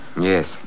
Yes